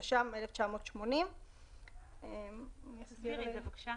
התש"ם 1980,". תסבירי את זה בבקשה.